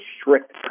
strict